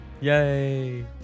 Yay